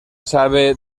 sabe